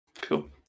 Cool